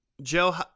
Joe